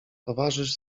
towarzysz